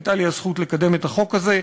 הייתה לי הזכות לקדם את החוק הזה.